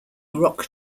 rock